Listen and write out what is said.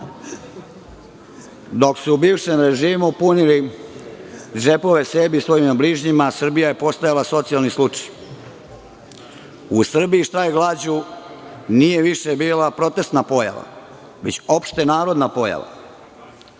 Dok su bivšem režimu punili cepove sebi i svojim bližnjima, Srbija je postajala socijalni slučaj.U Srbiji štrajk glađu nije više bila protestna pojava, već opštenarodna pojava.